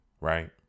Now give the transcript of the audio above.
right